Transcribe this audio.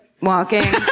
walking